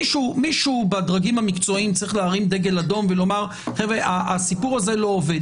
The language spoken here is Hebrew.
מישהו בדרגים המקצועיים צריך להרים דגל אדום ולומר: הסיפור הזה לא עובד.